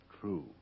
true